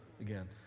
again